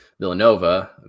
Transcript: Villanova